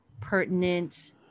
pertinent